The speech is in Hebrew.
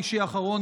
ביום חמישי האחרון,